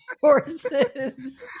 horses